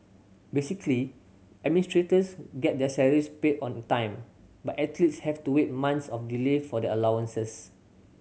basically administrators get their salaries paid on time but athletes have to wait months of delay for their allowances